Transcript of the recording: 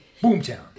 Boomtown